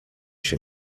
się